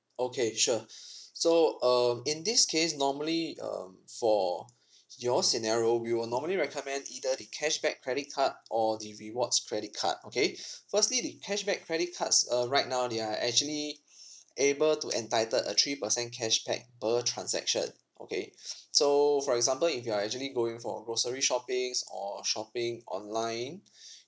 okay sure so um in this case normally um for your scenario we will normally recommend either the cashback credit card or the rewards credit card okay firstly the cashback credit cards uh right now they are actually able to entitled a three percent cashback per transaction okay so for example if you are actually going for grocery shoppings or shopping online